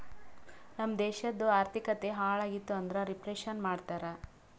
ನಮ್ ದೇಶದು ಆರ್ಥಿಕತೆ ಹಾಳ್ ಆಗಿತು ಅಂದುರ್ ರಿಫ್ಲೇಷನ್ ಮಾಡ್ತಾರ